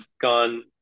gone